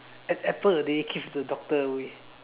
an apple a day keeps the doctor away